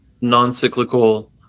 non-cyclical